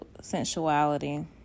sensuality